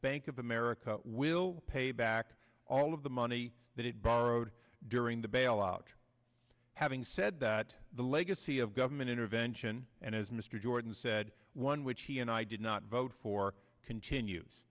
bank of america will pay back all of the money that it borrowed during the bailout having said that the legacy of government intervention and as mr jordan said one which he and i did not vote for continues